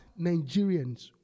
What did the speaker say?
Nigerians